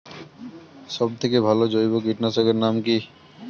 সব থেকে ভালো জৈব কীটনাশক এর নাম কি?